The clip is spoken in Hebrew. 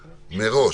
מראש,